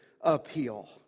appeal